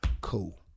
cool